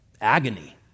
agony